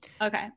Okay